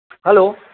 hello